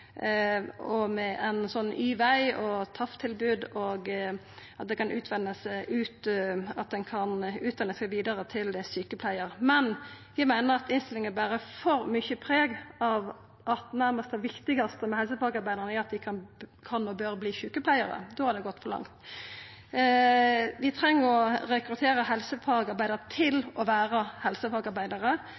– med Y-veg, med TAF-tilbod og at ein kan utdanna seg vidare til sjukepleiar – men vi meiner at innstillinga ber for mykje preg av at det viktigaste med helsefagarbeidarane nærmast er at dei kan og bør verta sjukepleiarar. Da har det gått for langt. Vi treng å rekruttera helsefagarbeidarar til å vera helsefagarbeidarar,